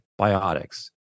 biotics